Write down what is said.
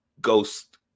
Ghost